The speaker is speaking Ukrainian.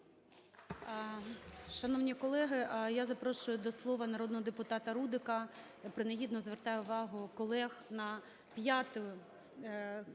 Шановні колеги, я запрошую до слова народного депутата Рудика. Принагідно звертаю увагу колег на 5